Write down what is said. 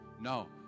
No